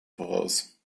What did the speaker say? voraus